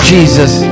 Jesus